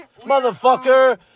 motherfucker